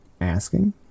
asking